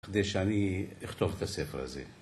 כדי שאני אכתוב את הספר הזה